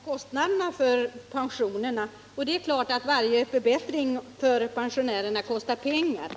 Herr talman! Britta Bergström talar om kostnaderna för pensionerna. Det är klart att varje förbättring för pensionärerna kostar pengar.